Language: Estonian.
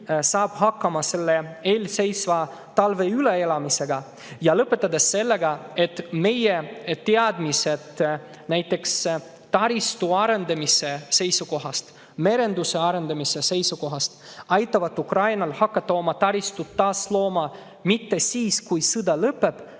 saab hakkama selle eelseisva talve üleelamisega, ja lõpetades sellega, et meie teadmised näiteks taristu arendamise seisukohast ja merenduse arendamise seisukohast aitavad Ukrainal hakata oma taristut taas looma, ja seda mitte siis, kui sõda lõpeb,